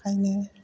ओंखायनो